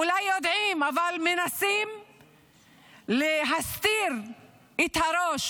אולי יודעים, אבל מנסים להסתיר את הראש